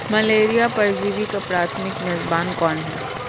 Malaria परजीवी का प्राथमिक मेजबान कौन है?